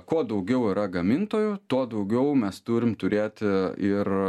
kuo daugiau yra gamintojų tuo daugiau mes turim turėti ir